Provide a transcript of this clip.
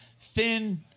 thin